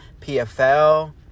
PFL